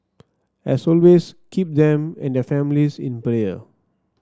as always keep them and their families in player